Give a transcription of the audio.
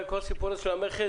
כל הסיפור של המכס,